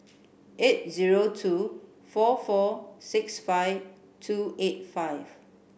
eight zero two four four six five two eight five